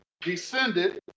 descended